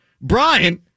Brian